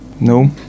no